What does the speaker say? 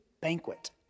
banquet